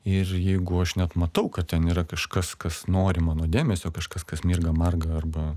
ir jeigu aš net matau kad ten yra kažkas kas nori mano dėmesio kažkas kas mirga marga arba